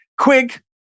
Quick